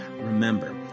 Remember